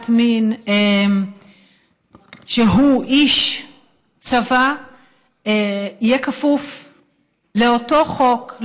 מין והוא איש צבא יהיה כפוף לאותו חוק,